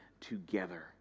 together